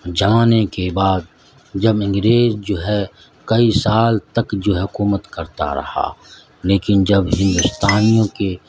جانے کے بعد جب انگریز جو ہے کئی سال تک جو ہے حکومت کرتا رہا لیکن جب ہندوستانیوں کے